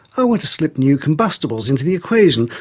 i want to slip new combustibles into the equation.